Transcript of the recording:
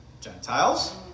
Gentiles